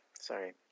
Sorry